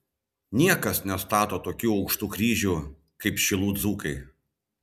niekas nestato tokių aukštų kryžių kaip šilų dzūkai